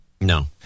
No